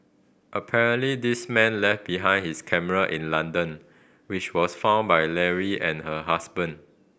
apparently this man left behind his camera in London which was found by Leary and her husband